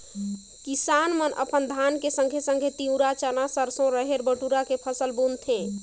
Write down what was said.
किसाप मन ह धान के संघे संघे तिंवरा, चना, सरसो, रहेर, बटुरा के फसल बुनथें